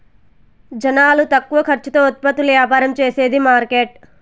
జనాలు తక్కువ ఖర్చుతో ఉత్పత్తులు యాపారం చేసేది మార్కెట్